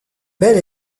bel